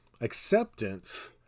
acceptance